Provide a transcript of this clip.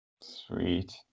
Sweet